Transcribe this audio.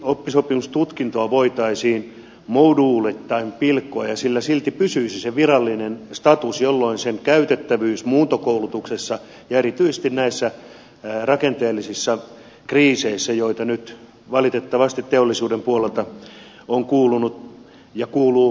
oppisopimustutkintoa voitaisiin moduuleittain pilkkoa ja sillä silti pysyisi se virallinen status jolloin sillä olisi käytettävyyttä muuntokoulutuksessa ja erityisesti näissä rakenteellisissa kriiseissä joita nyt valitettavasti teollisuuden puolelta on kuulunut ja kuuluu edelleen